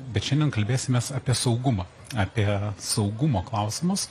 bet šiandien kalbėsimės apie saugumą apie saugumo klausimus